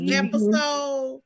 episode